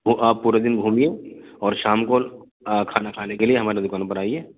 وہ آپ پورے دن گھومیے اور شام کو کھانا کھانے کے لیے ہماری دوکان پر آئیے